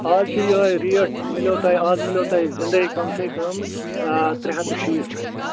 آز چھِ یِہٲے ریٹ میلیٛو توہہِ آز میلیٛو تۄہہِ زِنٛدٔے کم سے کم ٲں ترٛےٚ ہَتھ تہٕ شیٖتھ رۄپیہِ